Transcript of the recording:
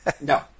no